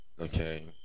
Okay